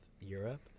Europe